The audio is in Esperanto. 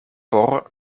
por